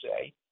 say